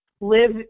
live